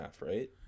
right